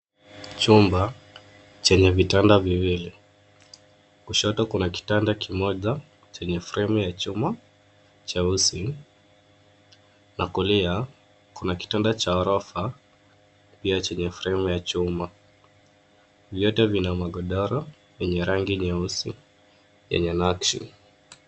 Chumba chenye vitanda viwili kushoto kuna kitanda kimoja chenye fremu ya chuma cheusi na kulia kuna kitanda cha orofa pia chenye fremu ya chuma, vyote vina magodoro vyenye rangi nyeusi yenye nakshi.